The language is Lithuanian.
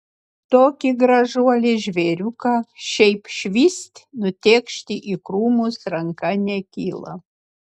tokį gražuolį žvėriuką šiaip švyst nutėkšti į krūmus ranka nekyla